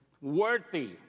worthy